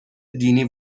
دینی